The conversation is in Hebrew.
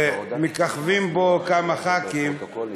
ומככבים בו כמה חברי כנסת